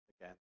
again